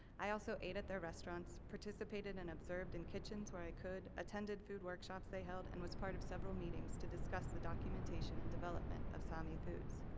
i also ate at their restaurants, participated and observed in kitchens where i could, attended food workshops they held, and was part of several meetings to discuss the documentation and development of sami foods.